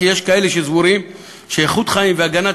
כי יש כאלה שסבורים שאיכות חיים והגנת